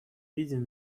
видим